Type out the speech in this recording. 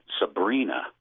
Sabrina